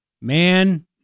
man